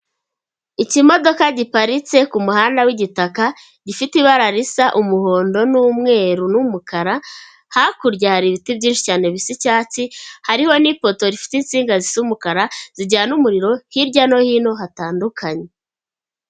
Ikimodoka giparitse ku muhanda w'igitaka gifite ibara risa umuhondo n'umweru n'umukara, hakurya hari ibiti byinshi cyane bisa icyatsi, hariho n'ipoto rifite insinga zisa umukara zijyana umuriro hirya no hino hatandukanye.